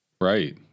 Right